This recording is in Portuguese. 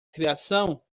criação